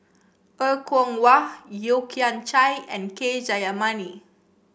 Er Kwong Wah Yeo Kian Chai and K Jayamani